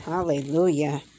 Hallelujah